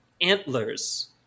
antlers